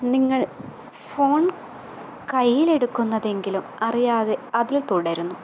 നിങ്ങൾ ഫോൺ കയ്യിലെടുക്കുന്നതെങ്കിലും അറിയാതെ അതിൽ തുടരുന്നു